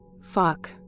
Fuck